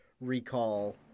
recall